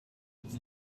with